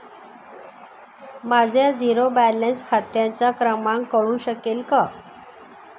माझ्या zero balance खात्याचा क्रमांक कळू शकेल का?